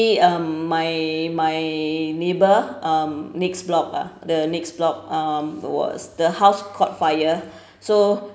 um my my neighbour um next block ah the next block um was the house caught fire so